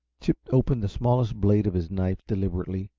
chip opened the smallest blade of his knife deliberately,